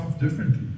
differently